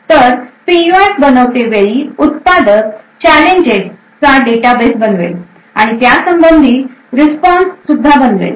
तर पीयूएफ बनवते वेळी उत्पादक चॅलेंजेस चा डेटाबेस बनवेल आणि त्त्यासंबंधी रिस्पॉन्स सुद्धा बनवेल